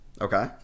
Okay